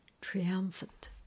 triumphant